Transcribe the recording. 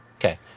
Okay